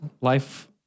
Life